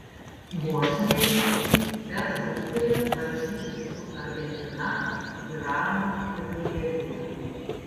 bosniai f grupėje varžysis su argentina iranu ir nigerija